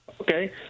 okay